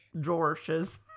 George's